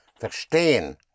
Verstehen